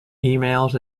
emails